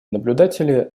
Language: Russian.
наблюдатели